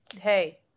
hey